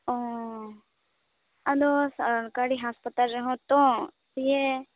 ᱚᱸᱻ ᱟᱫᱚ ᱥᱚᱨᱠᱟᱨᱤ ᱦᱟᱥᱯᱟᱛᱟᱞ ᱨᱮᱦᱚᱸ ᱛᱚ ᱫᱤᱭᱮ